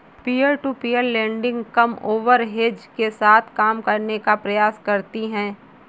peer to peer lending कम overhead के साथ काम करने का प्रयास करती हैं